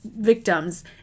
victims